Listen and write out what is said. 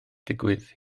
digwydd